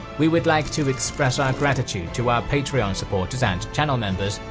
we would like to express our gratitude to our patreon supporters and channel members,